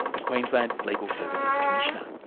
the queensland legal services commissioner.